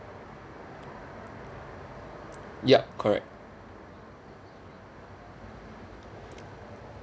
yup correct